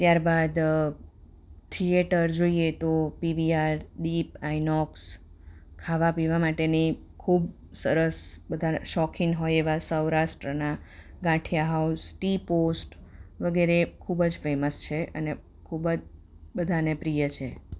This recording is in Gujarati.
ત્યારબાદ થિયેટર જોઈએ તો પીવીઆર દીપ આઈનોક્સ ખાવા પીવા માટેની ખૂબ સરસ બધા શોખીન હોય એવા સૌરાષ્ટ્રનાં ગાંઠિયા હાઉસ ટી પોસ્ટ વગેરે ખૂબ જ ફેમસ છે અને ખૂબ જ બધાંને પ્રિય છે